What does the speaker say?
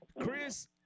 Chris